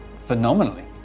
phenomenally